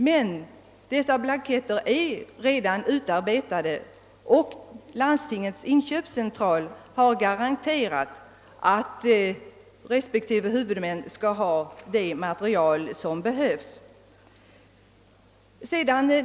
Men dessa blanketter är redan utarbetade, och Landstingens inköpscentral har garanterat att respektive huvudmän skall få det material som behövs.